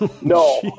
No